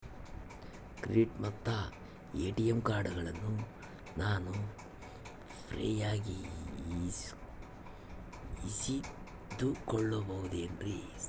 Credit ಮತ್ತ ATM ಕಾರ್ಡಗಳನ್ನ ನಾನು ಫ್ರೇಯಾಗಿ ಇಸಿದುಕೊಳ್ಳಬಹುದೇನ್ರಿ?